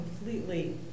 completely